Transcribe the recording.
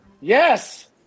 Yes